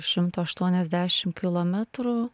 šimto aštuoniasdešimt kilometrų